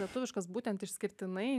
lietuviškas būtent išskirtinai